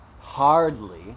Hardly